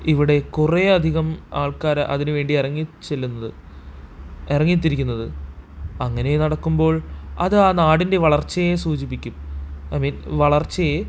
ഇവിടെ കുറേയധികം ആൾക്കാർ അതിനുവേണ്ടി ഇറങ്ങി ചെല്ലുന്നത് ഇറങ്ങിത്തിരിക്കുന്നത് അങ്ങനെ നടക്കുമ്പോൾ അത് ആ നാടിൻ്റെ വളർച്ചയെ സൂചിപ്പിക്കും ഐ മീൻ വളർച്ചയെ